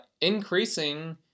increasing